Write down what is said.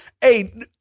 Hey